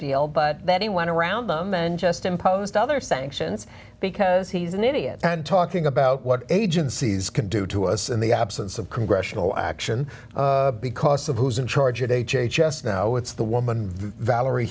deal but then he went around them and just imposed other sanctions because he's an idiot and talking about what agencies can do to us in the absence of congressional action because of who is in charge at h h s now it's the woman valerie